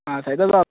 आं सैगल बाब